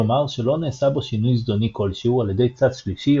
כלומר שלא נעשה בו שינוי זדוני כלשהו על ידי צד שלישי,